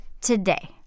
today